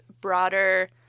broader